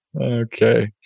Okay